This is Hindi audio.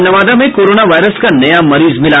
और नवादा में कोरोना वायरस का नया मरीज मिला